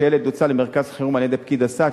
שילד הוצא למרכז חירום על-ידי פקיד הסעד